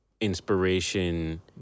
inspiration